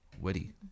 witty